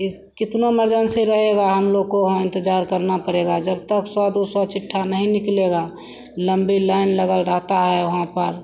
इस कितनो इमरजेन्सी रहेगी हमलोग को वहाँ इन्तज़ार करना पड़ेगा जब तक सौ दो सौ चिट्ठा नहीं निकलेगा लम्बी लाइन लगी रहती है वहाँ पर